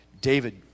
David